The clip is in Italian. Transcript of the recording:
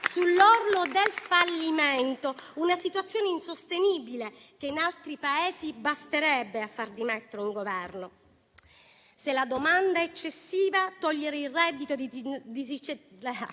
sull'orlo del fallimento: una situazione insostenibile, che in altri Paesi basterebbe a far dimettere un Governo. Se la domanda è eccessiva, il fatto di togliere